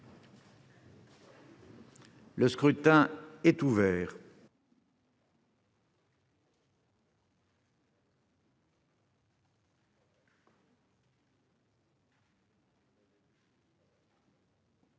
Le scrutin est ouvert.